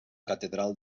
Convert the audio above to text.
catedral